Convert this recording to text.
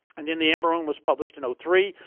and then the amber room was published in three,